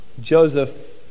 Joseph